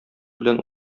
белән